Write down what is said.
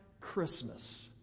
Christmas